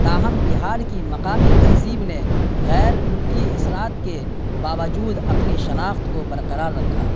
تاہم بہار کی مقامی تہذیب نے غیر ملکی اثرات کے باوجود اپنی شناخت کو برقرار رکھا